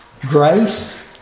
grace